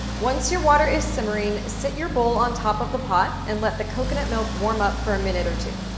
once your water is simmering, sit your bowl on top of the pot, and let the coconut milk warm up for a minute or two.